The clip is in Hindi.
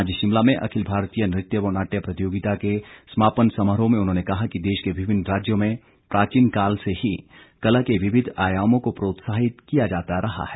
आज शिमला में अखिल भारतीय नृत्य व नाट्य प्रतियोगिता के समापन समारोह में उन्होंने कहा कि देश के विभिन्न राज्यों में प्राचीन काल से ही कला के विविध आयामों को प्रोत्साहित किया जाता रहा है